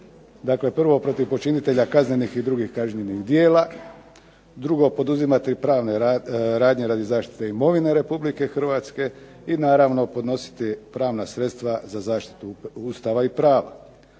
Dakle, prvo protiv počinitelja kaznenih i drugih kažnjivih djela. Drugo, poduzimati pravne radnje radi zaštite imovine RH i naravno podnositi pravna sredstva za zaštitu Ustava i prava.